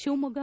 Shivamogga